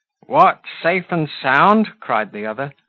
what! safe and sound? cried the other.